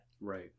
Right